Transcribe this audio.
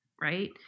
Right